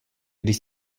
když